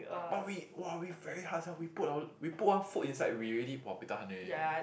but we !wah! we very hard sia we put our we put one foot inside we already !wah! buay tahan leh